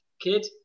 kid